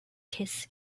kiss